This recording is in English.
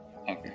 okay